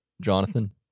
Jonathan